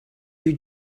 you